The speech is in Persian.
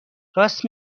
راست